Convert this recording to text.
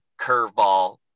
curveball